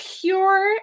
pure